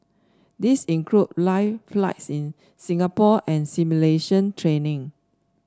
these include live flights in Singapore and simulation training